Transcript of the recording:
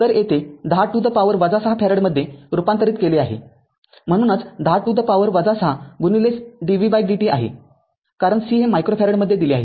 तर येथे १० to the power ६ फॅरेडमध्ये रुपांतरित केले आहे म्हणूनच १० to the power ६ dvdt आहेकारण c हे मायक्रो फॅरेडमध्ये दिले आहे